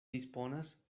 disponas